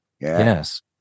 Yes